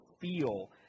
feel